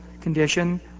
condition